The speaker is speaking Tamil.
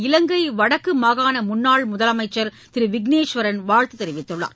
இலங்கை வடக்கு மாகாண முன்னாள் முதலமைச்சர் திரு விக்னேஷ்வரன் வாழ்த்து தெரிவித்துள்ளார்